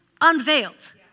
unveiled